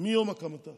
מיום הקמתה